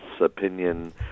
opinion